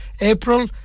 April